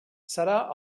serà